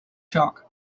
shark